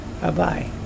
bye-bye